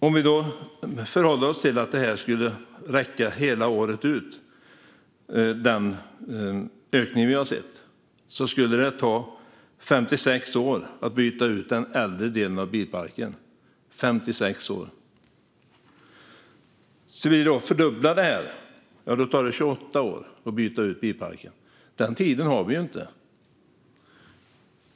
Om vi förhåller oss till att denna ökning skulle vara densamma hela året skulle det ta 56 år att byta ut den äldre delen av bilparken. Om vi skulle fördubbla detta skulle det ta 28 år att byta ut bilparken. Den tiden har vi inte.